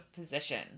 position